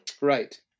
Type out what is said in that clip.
Right